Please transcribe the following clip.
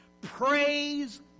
Praise